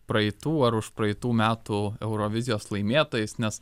praeitų ar užpraeitų metų eurovizijos laimėtojais nes